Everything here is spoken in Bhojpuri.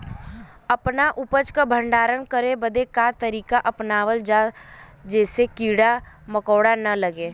अपना उपज क भंडारन करे बदे का तरीका अपनावल जा जेसे कीड़ा मकोड़ा न लगें?